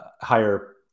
higher